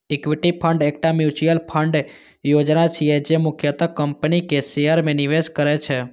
equity fund एकटा mutual fund योजना छियै, जे मुख्यतः कंपनीक शेयर मे निवेश करै छै